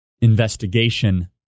investigation